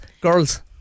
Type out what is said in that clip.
Girls